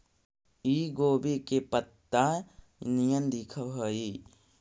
इ गोभी के पतत्ता निअन दिखऽ हइ